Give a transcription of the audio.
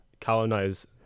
colonize